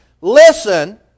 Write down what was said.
listen